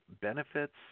benefits